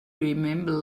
remember